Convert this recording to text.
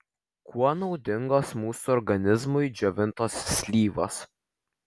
kuo naudingos mūsų organizmui džiovintos slyvos